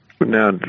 Now